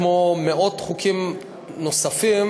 כמו מאות חוקים נוספים,